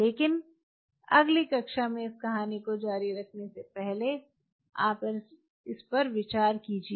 लेकिन अगली कक्षा में इस कहानी को जारी रखने से पहले आप इस पर विचार कीजिये